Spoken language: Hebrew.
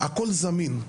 הכול זמין.